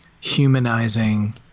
humanizing